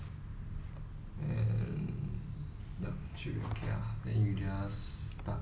participants will get to taste different kinds of tea at the end of the session